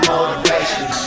Motivation